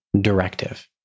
directive